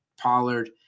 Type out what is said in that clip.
Pollard